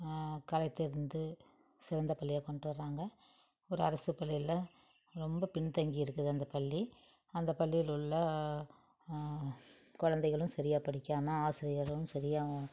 களைத்தெறிந்து சிறந்த பள்ளியாக கொண்டுட்டு வராங்க ஒரு அரசு பள்ளியில் ரொம்ப பின் தங்கி இருக்குது அந்த பள்ளி அந்த பள்ளியில் உள்ள குலந்தைங்களும் சரியா படிக்காமல் ஆசிரியர்களும் சரியா